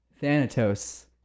thanatos